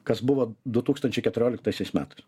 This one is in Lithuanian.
kas buvo du tūkstančiai keturioliktaisiais metais